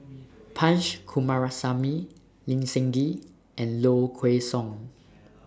Punch Coomaraswamy Lee Seng Gee and Low Kway Song